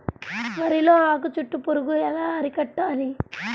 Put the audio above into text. వరిలో ఆకు చుట్టూ పురుగు ఎలా అరికట్టాలి?